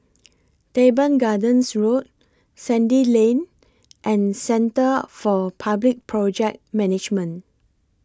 Teban Gardens Road Sandy Lane and Centre For Public Project Management